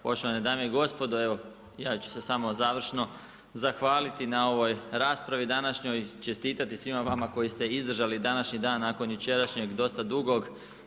Poštovane dame i gospodo, ja ću se samo završno zahvaliti na ovoj raspravi današnjoj, čestitati svima vama koji ste izdržali današnji dan nakon jučerašnjeg dosta dugog.